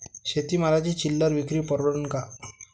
शेती मालाची चिल्लर विक्री परवडन का?